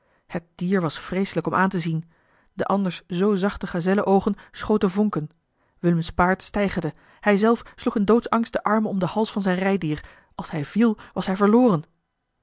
het dier was vreeselijk om aan te zien de anders zoo zachte gazellenoogen schoten vonken willems paard steigerde hij zelf sloeg in doodsangst de armen om den hals van zijn rijdier als hij viel was hij verloren